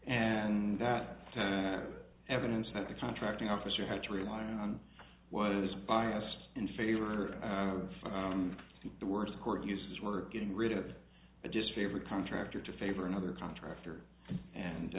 and that evidence that the contracting officer had to rely on was biased in favor of the worst court uses we're getting rid of the disfavored contractor to favor another contractor and